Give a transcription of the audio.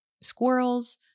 squirrels